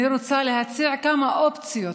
אני רוצה להציע כמה אופציות